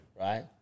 Right